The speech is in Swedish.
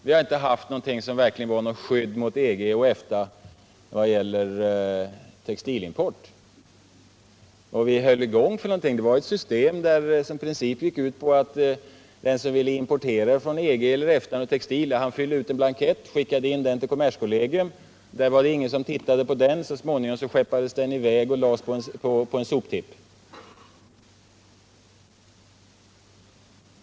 Vi har inte haft något verkligt skydd mot EG och EFTA i vad gäller textilimport. Det vi hade var ett system som i princip gick ut på att den som ville importera textil från EG eller EFTA fyllde i en blankett och skickade in den till kommerskollegium. Där var det ingen som tittade på den, och så småningom skeppades den i väg och lades på en soptipp.